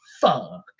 fuck